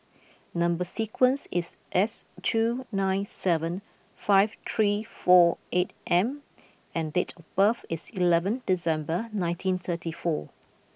number sequence is S two nine seven five three four eight M and date of birth is eleven December nineteen thirty four